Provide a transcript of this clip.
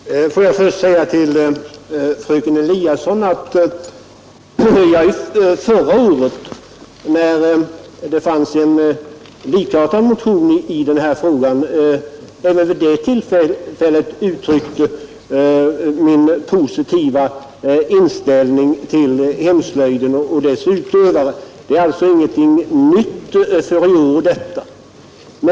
Herr talman! Får jag först säga till fröken Eliasson att jag även förra året, när det fanns en likartad motion i denna fråga, uttryckte min positiva inställning till hemslöjden och dess utövare. Detta är alltså ingenting nytt för i år.